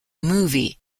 movie